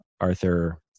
Arthur